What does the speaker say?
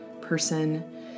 person